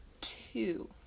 two